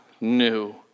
new